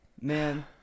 Man